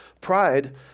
Pride